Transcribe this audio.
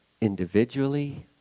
individually